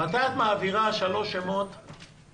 מתי את מעבירה שלושה שמות של אנשים